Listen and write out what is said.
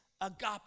agape